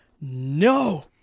No